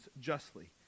justly